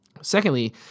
Secondly